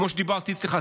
כמו שדיברתי אצלך.